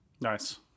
Nice